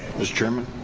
mr. chairman